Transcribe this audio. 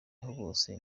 bose